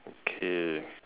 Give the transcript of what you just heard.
okay